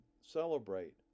celebrate